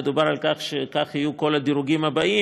מכאן מדובר על כך שכך יהיו כל הדירוגים הבאים,